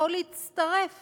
יכול להצטרף